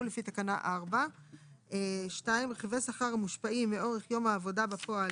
לפי תקנה 4. (2) רכיבי שכר המושפעים מאורך יום העבודה בפועל